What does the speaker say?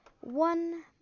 one